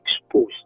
exposed